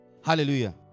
Hallelujah